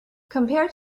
compared